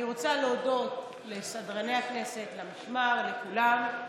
אני רוצה להודות לסדרני הכנסת, למשמר, לכולם.